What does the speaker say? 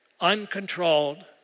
uncontrolled